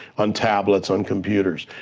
on tablets, on computers.